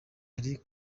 ari